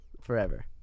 Forever